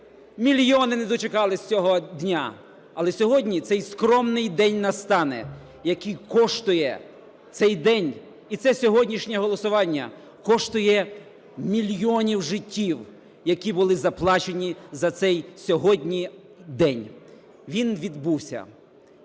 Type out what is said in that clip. Мільйони не дочекались цього дня, але сьогодні цей скромний день настане, який коштує, цей день і це сьогоднішнє голосування коштує мільйонів життів, які були заплачені за цей сьогодні день. Він відбувся.